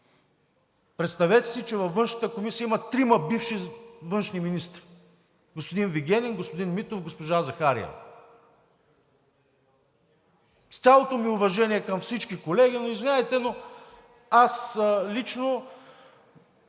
Представете си, че във Външната комисия има трима бивши външни министри – господин Вигенин, господин Митев, госпожа Захариева. С цялото ми уважение към всички колеги, извинявайте, но аз лично